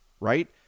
right